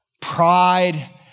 pride